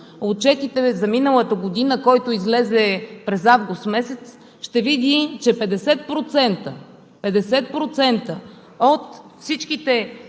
отчетът за миналата година, който излезе през месец август, ще види, че 50% от всичките